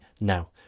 now